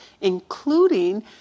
including